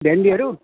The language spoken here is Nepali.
भिन्डीहरू